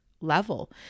level